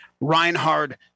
Reinhard